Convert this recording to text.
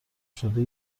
شده